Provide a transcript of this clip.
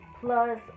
plus